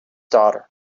daughter